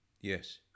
Yes